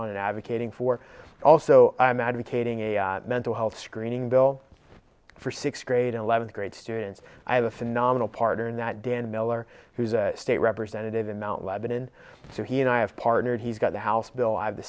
on advocating for also i'm advocating a mental health screening bill for sixth grade and eleventh grade students i have a phenomenal partner in that dan miller who's a state representative in mount lebanon so he and i have partnered he's got the house bill i have the